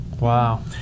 Wow